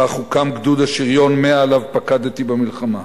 כך הוקם גדוד השריון 100, שעליו פיקדתי במלחמה.